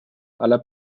aller